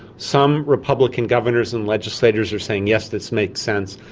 some republican governors and legislators are saying yes, this makes sense,